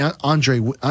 Andre